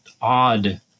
odd